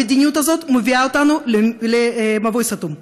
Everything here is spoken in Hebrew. המדיניות הזאת מביאה אותנו למבוי סתום.